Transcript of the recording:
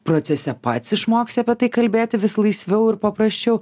procese pats išmoksi apie tai kalbėti vis laisviau ir paprasčiau